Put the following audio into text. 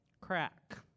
crack